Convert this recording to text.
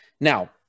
Now